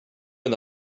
and